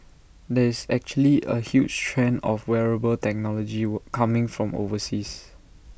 there is actually A huge trend of wearable technology were coming from overseas